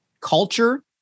culture